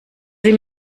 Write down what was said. sie